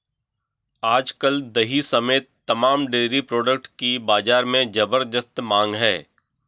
आज कल दही समेत तमाम डेरी प्रोडक्ट की बाजार में ज़बरदस्त मांग है